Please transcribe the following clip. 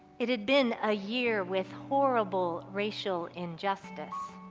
it had been a year with horrible racial injusticea.